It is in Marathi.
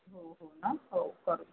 हो हो ना हो करू